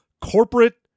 corporate